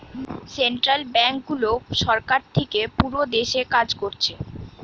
central ব্যাংকগুলো সরকার থিকে পুরো দেশে কাজ কোরছে